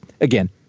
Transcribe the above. again